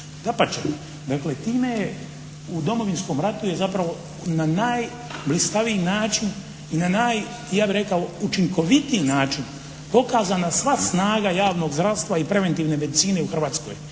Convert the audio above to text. Dapače, dakle time je, u Domovinskom ratu je zapravo na najblistaviji način i naj ja bih rekao učinkovitiji način pokazana sva snaga javnog zdravstva i preventivne medicine u Hrvatskoj.